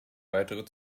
weitere